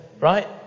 right